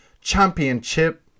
championship